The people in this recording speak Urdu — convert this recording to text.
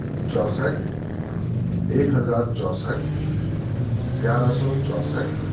چونسٹھ ایک ہزار چونسٹھ گیارہ سو چونسٹھ